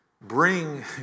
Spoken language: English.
bring